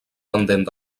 pendent